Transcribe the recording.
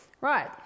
Right